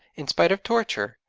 in spite of torture,